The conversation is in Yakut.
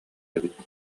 эбит